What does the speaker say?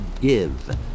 give